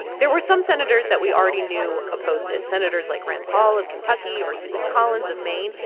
there were some senators that we already knew opposed it, senators like rand paul of kentucky or susan collins of maine.